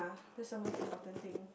that's the most important thing